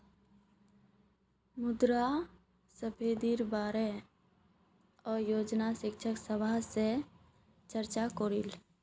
मुद्रास्फीतिर बारे अयेज शिक्षक सभा से चर्चा करिल